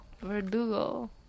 Verdugo